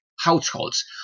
households